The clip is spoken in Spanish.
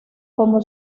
como